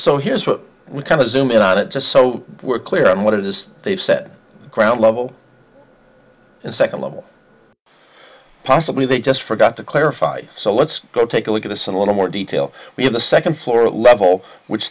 so here's what we kind of zoom in on it just so we're clear on what it is they've said ground level and second level possibly they just forgot to clarify so let's go take a look at this in a little more detail we have the second floor level which